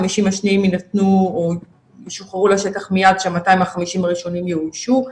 השניים יינתנו או ישוחררו לשטח מיד כשה-250 הראשונים יאוישו.